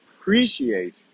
appreciate